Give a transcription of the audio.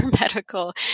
medical